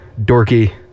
dorky